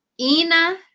Ina